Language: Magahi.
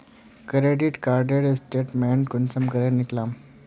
क्रेडिट कार्डेर स्टेटमेंट कुंसम करे निकलाम?